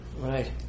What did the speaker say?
Right